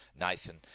Nathan